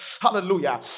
Hallelujah